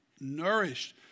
nourished